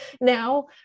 now